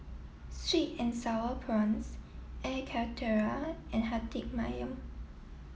sweet and sour prawns Air Karthira and Hati Ayam